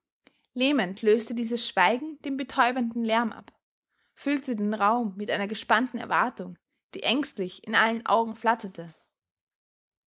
lähmend löste dieses schweigen den betäubenden lärm ab füllte den raum mit einer gespannten erwartung die ängstlich in allen augen flackerte